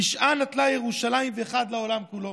תשעה נטלה ירושלים ואחד העולם כולו.